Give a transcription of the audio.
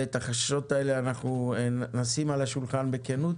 את החששות האלה אנחנו נשים על השולחן בכנות